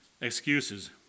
Excuses